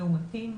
מאומתים,